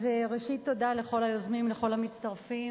אז ראשית, תודה לכל היוזמים, לכל המצטרפים,